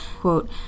quote